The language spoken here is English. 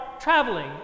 traveling